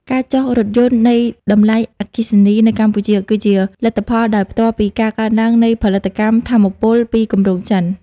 ការចុះថយនៃតម្លៃអគ្គិសនីនៅកម្ពុជា គឺជាលទ្ធផលដោយផ្ទាល់ពីការកើនឡើងនៃផលិតកម្មថាមពលពីគម្រោងចិន។